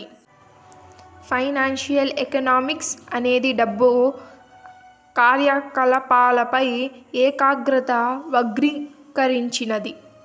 financial economics అనేది డబ్బు కార్యకాలపాలపై ఏకాగ్రత వర్గీకరించింది